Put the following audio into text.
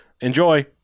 Enjoy